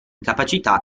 capacità